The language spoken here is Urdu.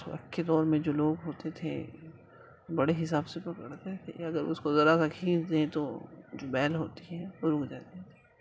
اس وقت کے دور میں جو لوگ ہوتے تھے بڑے حساب سے پکڑتے تھے اگر اس کو ذرا سا کھینچ دیں تو جو بیل ہوتی ہیں اوپر ہوجاتی ہے